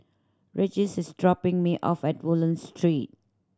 Regis is dropping me off at Woodlands Street